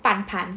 半盘